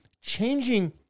changing